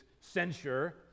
censure